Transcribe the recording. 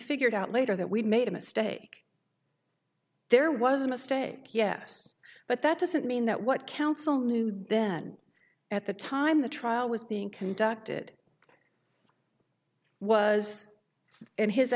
figured out later that we made a mistake there was a mistake yes but that doesn't mean that what counsel knew then at the time the trial was being conducted was in his